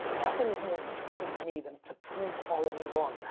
nothing is more interesting to me than to prove all of you wrong.